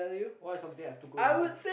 what's something I took away from you